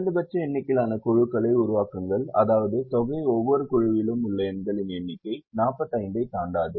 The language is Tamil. குறைந்தபட்ச எண்ணிக்கையிலான குழுக்களை உருவாக்குங்கள் அதாவது தொகை ஒவ்வொரு குழுவிலும் உள்ள எண்களின் எண்ணிக்கை 45 ஐத் தாண்டாது